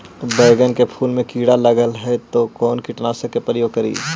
बैगन के फुल मे कीड़ा लगल है तो कौन कीटनाशक के प्रयोग करि?